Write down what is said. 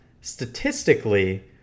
statistically